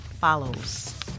follows